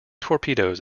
torpedoes